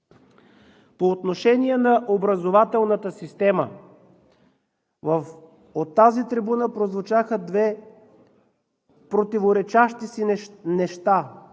По отношение на образователната система. От тази трибуна прозвучаха две противоречащи си неща.